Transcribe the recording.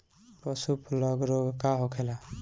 पशु प्लग रोग का होखेला?